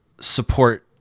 support